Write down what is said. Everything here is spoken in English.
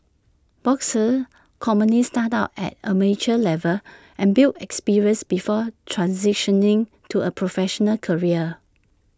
boxers commonly start out at amateur level and build experience before transitioning to A professional career